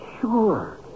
sure